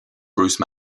bruce